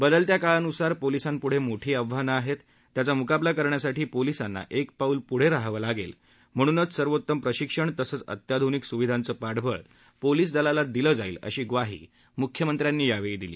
बदलत्या काळानुसार पोलिसांपुढे मोठी आव्हानं आहेत त्याचा मुकाबला करण्यासाठी पोलिसांना एक पाऊल पुढे रहावं लागेल म्हणूनच सर्वोत्तम प्रशिक्षण तसंच अत्याधुनिक सुविधांचं पाठबळ पोलीस दलाला दिलं जाईल अशी ग्वाही मुख्यमंत्र्यांनी यावेळी दिली